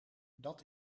dat